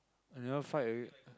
I never fight with it